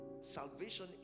salvation